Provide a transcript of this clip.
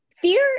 Fear